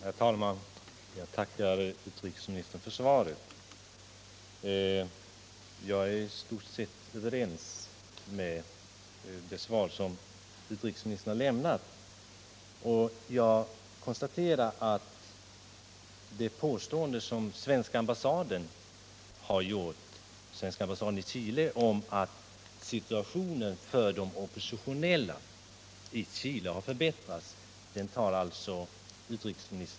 Herr talman! Jag tackar utrikesministern för svaret. I stort sett är jag nöjd med det svar som utrikesministern lämnat. Jag konstaterar att utrikesministern tar avstånd från Svenska ambassadens i Chile påstående att situationen för de oppositionella i Chile för bättrats.